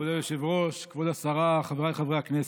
כבוד היושב-ראש, כבוד השרה, חבריי חברי הכנסת,